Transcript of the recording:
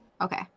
Okay